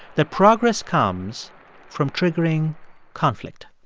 that progress comes from triggering conflict